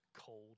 cold